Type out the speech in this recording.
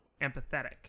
empathetic